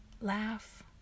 laugh